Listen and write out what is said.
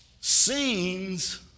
Scenes